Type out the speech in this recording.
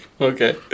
Okay